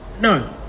no